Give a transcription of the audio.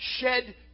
shed